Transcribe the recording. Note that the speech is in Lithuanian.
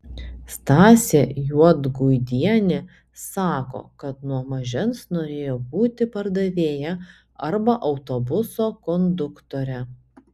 stasė juodgudienė sako kad nuo mažens norėjo būti pardavėja arba autobuso konduktore